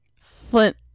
Flint